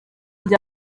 rya